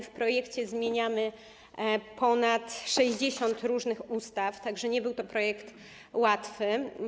W projekcie zmieniamy ponad 60 różnych ustaw, tak że nie był to projekt łatwy.